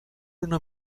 una